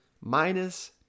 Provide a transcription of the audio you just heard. minus